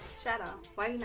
shadow, why